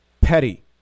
petty